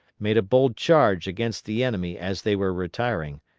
made a bold charge against the enemy as they were retiring,